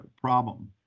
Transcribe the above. problem